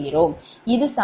இது சமன்பாடு 23